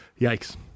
yikes